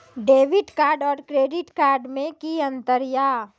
Debit card और credit card मे कि अंतर या?